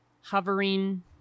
hovering